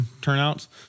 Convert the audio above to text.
turnouts